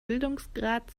bildungsgrad